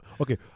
okay